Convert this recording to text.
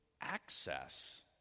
access